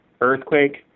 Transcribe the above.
earthquake